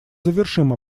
завершим